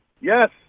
yes